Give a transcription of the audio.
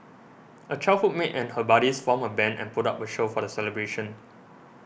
a childhood mate and her buddies formed a band and put up a show for the celebration